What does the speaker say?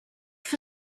for